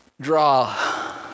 draw